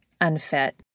unfit